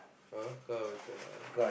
!huh! car better ah